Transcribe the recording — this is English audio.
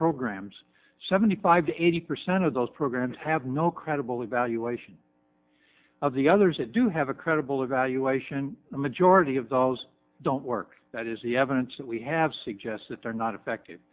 programs seventy five eighty percent of those programs have no credible evaluation of the others that do have a credible evaluation the majority of those don't work that is the evidence that we have suggests that they're not effective